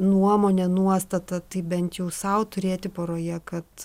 nuomonė nuostata tai bent jau sau turėti poroje kad